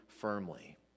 firmly